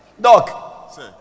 Doc